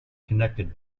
connected